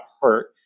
hurt